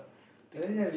take off